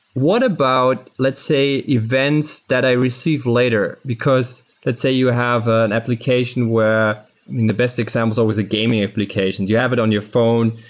what about let's say events that i receive later because let's say you have an application where the best example is always a gaming applications. you have it on your phone.